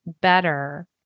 better